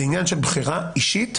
זה עניין של בחירה אישית.